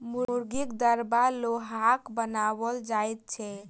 मुर्गीक दरबा लोहाक बनाओल जाइत छै